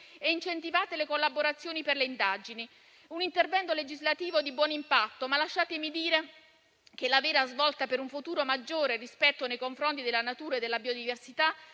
e incentiva le collaborazioni per le indagini. È un intervento legislativo di buon impatto, ma lasciatemi dire che la vera svolta per un futuro maggiore rispetto nei confronti della natura e della biodiversità